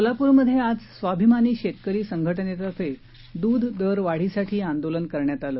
सोलापूरमध्ये आज स्वाभिमानी शेतकरी संघटनेतर्फे दूध दर वाढीसाठी आंदोलन करण्यात आलं